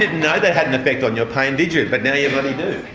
didn't know that had an effect on your pain, did you, but now you bloody do.